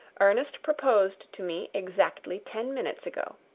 ernest proposed to me exactly ten minutes ago.